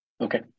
Okay